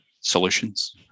solutions